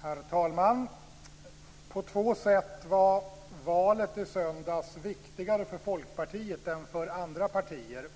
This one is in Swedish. Herr talman! På två sätt var valet i söndags viktigare för Folkpartiet än för andra partier.